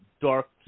dark